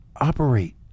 operate